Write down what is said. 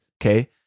Okay